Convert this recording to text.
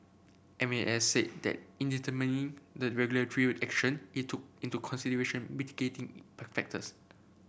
M A S said that in determining the regulatory action it took into consideration mitigating factors